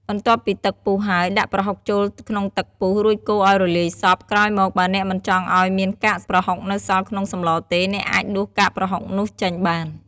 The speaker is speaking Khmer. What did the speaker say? បន្ទាប់ពីទឹកពុះហើយ ដាក់ប្រហុកចូលក្នុងទឹកពុះ រួចកូរឲ្យរលាយសព្វ ក្រោយមកបើអ្នកមិនចង់ឲ្យមានកាកប្រហុកនៅសល់ក្នុងសម្លរទេ អ្នកអាចដួសកាកប្រហុកនោះចេញបាន។